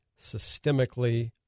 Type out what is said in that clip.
systemically